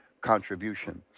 contribution